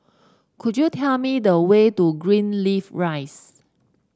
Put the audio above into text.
could you tell me the way to Greenleaf Rise